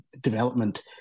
development